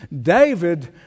David